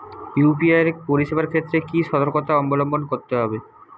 UPI পরিসেবার ক্ষেত্রে কি সতর্কতা অবলম্বন করতে হবে?